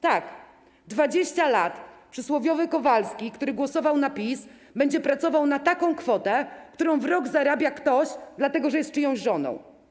Tak, 20 lat przysłowiowy Kowalski, który głosował na PiS, będzie pracował na taką kwotę, którą w rok zarabia ktoś, dlatego że jest czyjąś żoną.